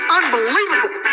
unbelievable